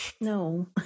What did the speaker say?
No